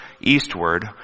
Eastward